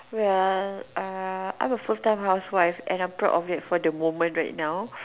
wait ah uh I'm a first time housewife and I'm proud of it at the moment right now